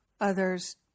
others